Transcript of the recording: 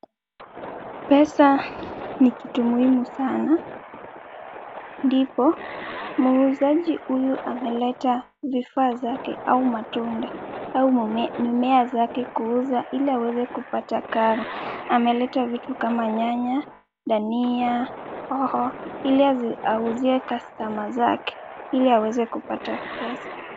Pesa ni kitu muhimu sana, ndipo muuzaji huyu ameleta vifaa zake au matunda au mimea zake kuuza ili aweze kupata karo. Ameleta vitu kama nyanya, dania, hoho ili auzie customer zake ili aweze kupata pesa.